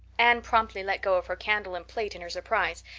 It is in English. anne promptly let go of her candle and plate in her surprise,